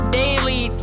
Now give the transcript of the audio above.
daily